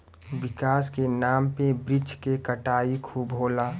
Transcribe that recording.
विकास के नाम पे वृक्ष के कटाई खूब होला